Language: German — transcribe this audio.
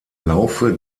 laufe